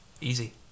easy